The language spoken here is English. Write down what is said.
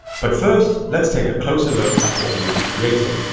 but first, let's take a closer look at what we'll be creating.